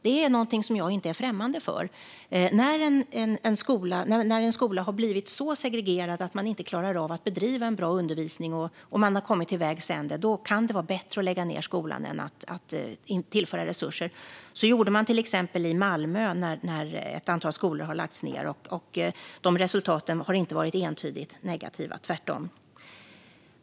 Det är något som jag inte är främmande för. När en skola har blivit så segregerad att man inte klarar av att bedriva en bra undervisning och man har kommit till vägs ände kan det vara bättre att lägga ned skolan än att tillföra resurser. Så gjorde man till exempel i Malmö, där ett antal skolor har lagts ned. De resultaten har inte varit entydigt negativa, tvärtom.